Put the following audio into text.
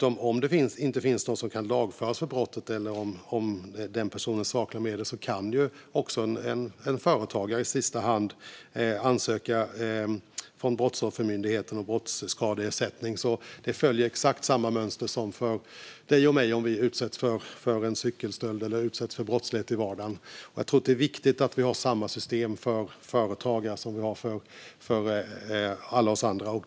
Om det inte finns någon som kan lagföras för brottet eller om den personen saknar medel kan också en företagare i sista hand ansöka om brottsskadeersättning från Brottsoffermyndigheten. Det följer exakt samma mönster som för dig och mig om vi utsätts för en cykelstöld eller annan brottslighet i vardagen. Jag tror att det är viktigt att vi har samma system för företagare som vi har för alla oss andra.